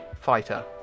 fighter